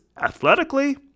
athletically